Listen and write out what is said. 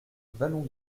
vallon